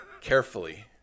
Carefully